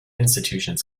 institutions